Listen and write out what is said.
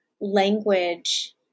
language